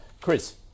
Chris